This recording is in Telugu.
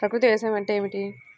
ప్రకృతి వ్యవసాయం అంటే ఏమిటి?